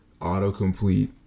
autocomplete